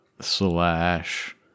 Slash